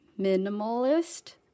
minimalist